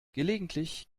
gelegentlich